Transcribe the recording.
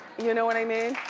you know what i mean?